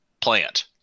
plant